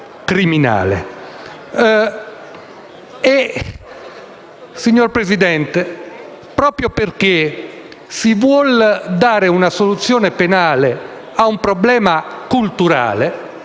Signora Presidente, proprio perché si vuole dare una soluzione penale a un problema culturale